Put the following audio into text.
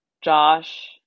Josh